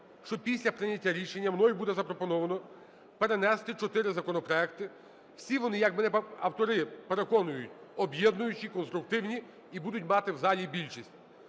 що після прийняття рішення мною буде запропоновано перенести чотири законопроекти. Всі вони, як автори переконують, об'єднуючі, конструктивні, і будуть мати в залі більшість.